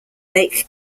lake